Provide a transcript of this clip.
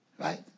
Right